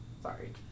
sorry